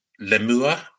Lemua